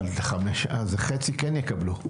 אבל חצי כן יקבלו.